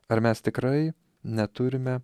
ar mes tikrai neturime